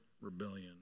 rebellion